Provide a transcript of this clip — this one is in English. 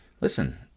listen